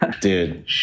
dude